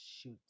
Shoot